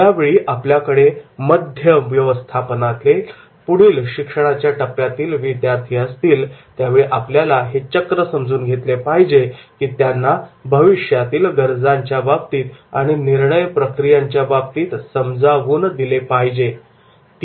ज्यावेळी आपल्याकडे मध्य व्यवस्थापनातले पुढील शिक्षणाच्या टप्प्यातले विद्यार्थी असतील त्यावेळी आपल्याला हे चक्र समजून घेतले पाहिजे आणि त्यांना भविष्यातील गरजांच्या बाबतीत आणि निर्णय प्रक्रियांच्या बाबतीत समजावून दिले पाहिजे